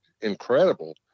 incredible